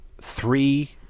Three